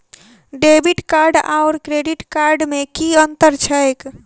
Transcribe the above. Debit card आओर credit card मे की अन्तर छैक?